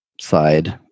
side